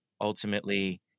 ultimately